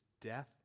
death